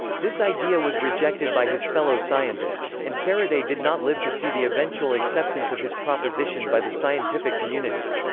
this idea was rejected by his fellow scientists, and faraday did not live to see the eventual acceptance of his proposition by the scientific community.